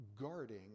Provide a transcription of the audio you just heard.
guarding